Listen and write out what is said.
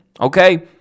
Okay